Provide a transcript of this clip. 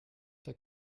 der